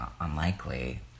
unlikely